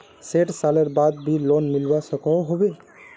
सैट सालेर बाद भी लोन मिलवा सकोहो होबे?